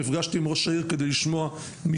נפגשתי עם ראש העיר כדי לשמוע מצדו,